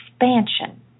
expansion